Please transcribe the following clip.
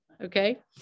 okay